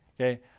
Okay